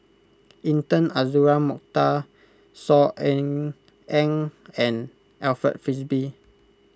Intan Azura Mokhtar Saw Ean Ang and Alfred Frisby